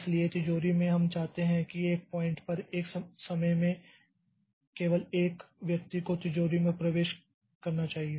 इसलिए तिजोरी में हम चाहते हैं कि एक पॉइंट पर एक समय में केवल एक व्यक्ति को तिजोरी में प्रवेश करना चाहिए